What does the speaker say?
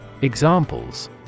Examples